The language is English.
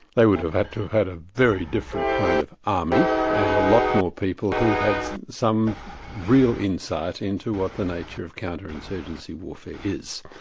they would have had to have had a very different kind of army, and a lot more people who had some real insight into what the nature of counter-insurgency warfare is.